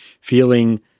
feeling